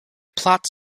plots